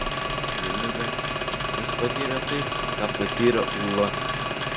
vieni verkė nes patyrė tai ką patyrė ūla